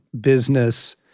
business